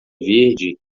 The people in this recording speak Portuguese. verde